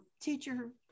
teacher